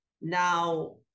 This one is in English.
Now